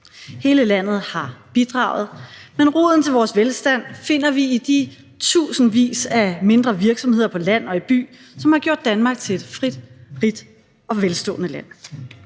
Hele landet har bidraget, men roden til vores velstand finder vi i de tusindvis af mindre virksomheder på land og i by, som har gjort Danmark til et frit, rigt og velstående land.